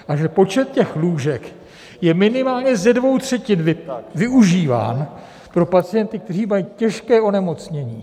A že počet těch lůžek ji minimálně ze dvou třetin využíván pro pacienty, kteří mají těžké onemocnění.